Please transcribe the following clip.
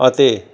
ਅਤੇ